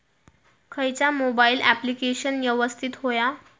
खयचा mobile application यवस्तित होया?